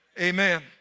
Amen